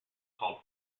called